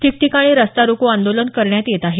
ठिकठिकाणी रस्ता रोको आंदोलन करण्यात येत आहे